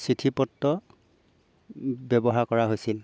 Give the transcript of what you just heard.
চিঠি পত্ৰ ব্যৱহাৰ কৰা হৈছিল